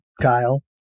Kyle